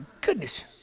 goodness